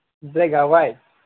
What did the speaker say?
ꯕ꯭ꯂꯦꯛꯀ white